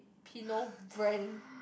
~pino brand